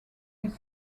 his